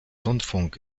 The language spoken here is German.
rundfunk